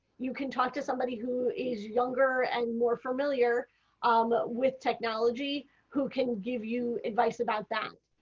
you can talk to somebody who is younger and more familiar um ah with technology who can give you advice about that.